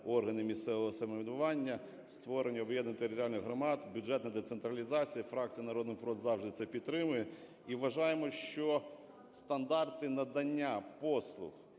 органи місцевого самоврядування, створення об'єднаних територіальних громад, бюджетна децентралізація. Фракція "Народний фронт" завжди це підтримує. І вважаємо, що стандарти надання послуг